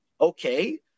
Okay